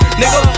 nigga